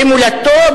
במולדתו,